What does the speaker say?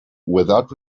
without